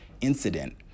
incident